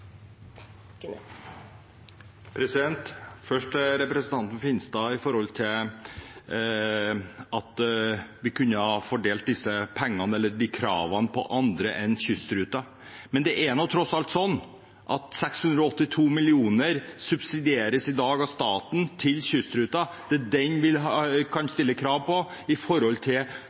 Først til representanten Finstad om at vi kunne ha fordelt kravene på andre enn kystruta. Men det er tross alt sånn at staten i dag subsidierer kystruta med 682 mill. kr. Det er den vi kan stille krav til ut fra de forventningene vi har framover, når de opererer på